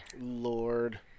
Lord